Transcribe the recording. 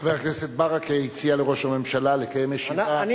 חבר הכנסת ברכה הציע לראש הממשלה לקיים ישיבה,